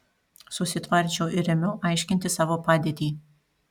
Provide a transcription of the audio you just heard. susitvardžiau ir ėmiau aiškinti savo padėtį